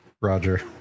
Roger